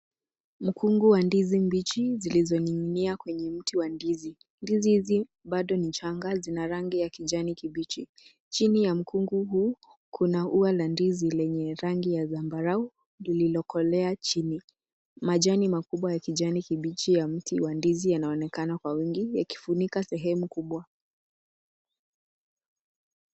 Mkungu wa ndizi mbichi zilizoning'inia kwenye mti wa ndizi. Ndizi hizi bado ni changa, zinz rangi ya kijani kibichi. Chini ya mkungu huu kuna ua la ndizi lenye rangi ya zambarau lililokolea chini. Majani makubwa ya kijani kibichi ya mti wa ndizi yanaonekana kwa wingi yakifunika sehemu kubwa.